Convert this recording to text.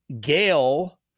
Gail